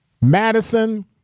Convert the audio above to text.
Madison